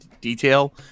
detail